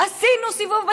עשינו סיבוב בתקשורת.